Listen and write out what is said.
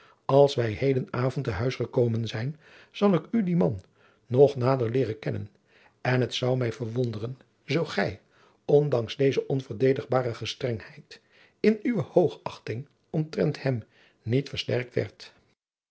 als wij heden avond te huis gekomen zijn zal ik u dien man nog nader leeren kennen en het zou mij verwonderen zoo gij ondanks deze onverdedigbare gestrengheid in uwe hoogachting omtrent hem niet versterkt werdt